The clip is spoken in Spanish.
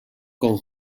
con